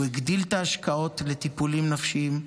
הוא הגדיל את ההשקעות לטיפולים נפשיים,